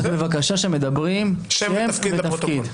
בוא נניח פשע חמור,